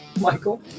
Michael